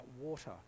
water